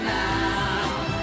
now